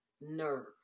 nerve